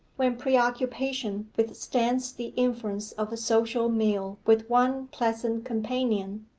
when preoccupation withstands the influence of a social meal with one pleasant companion,